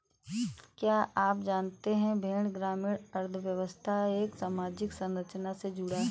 क्या आप जानते है भेड़ ग्रामीण अर्थव्यस्था एवं सामाजिक संरचना से जुड़ा है?